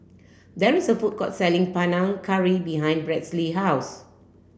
there is a food court selling Panang Curry behind Bradly house